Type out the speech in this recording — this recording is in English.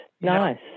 Nice